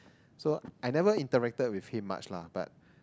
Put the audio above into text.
so I never interacted with him much lah but